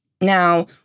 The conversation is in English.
Now